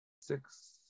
six